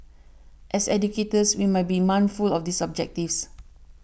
as educators we might be mindful of these objectives